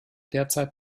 derzeit